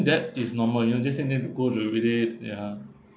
that is normal you know just n~ need to go through with it ya